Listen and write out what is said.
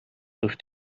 durch